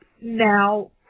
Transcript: now